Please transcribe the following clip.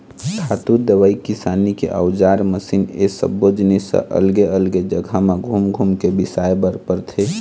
खातू, दवई, किसानी के अउजार, मसीन ए सब्बो जिनिस ह अलगे अलगे जघा म घूम घूम के बिसाए बर परथे